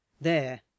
There